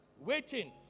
waiting